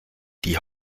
die